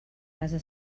casa